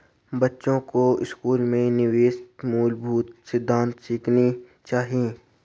बच्चों को स्कूल में निवेश के मूलभूत सिद्धांत सिखाने चाहिए